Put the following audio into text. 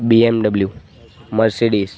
BMW Mercedes